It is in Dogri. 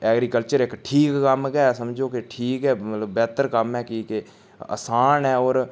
ऐग्रीकल्चर इक ठीक कम्म गै ऐ समझो कि ठीक गै मतलब बेह्तर कम्म ऐ कि के असान ऐ होर